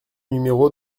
numéro